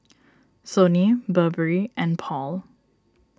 Sony Burberry and Paul